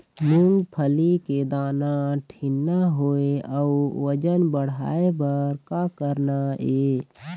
मूंगफली के दाना ठीन्ना होय अउ वजन बढ़ाय बर का करना ये?